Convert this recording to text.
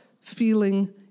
feeling